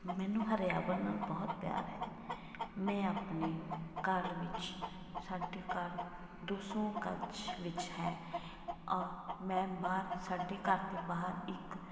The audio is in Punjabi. ਮੈਨੂੰ ਹਰਿਆਵਲ ਨਾਲ ਬਹੁਤ ਪਿਆਰ ਹੈ ਮੈਂ ਆਪਣੇ ਘਰ ਵਿੱਚ ਸਾਡੇ ਘਰ ਦੋ ਸੌ ਗੱਜ ਵਿੱਚ ਹੈ ਔਰ ਮੈਂ ਬਾਹਰ ਸਾਡੇ ਘਰ ਦੇ ਬਾਹਰ ਇੱਕ